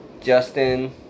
Justin